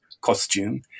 costume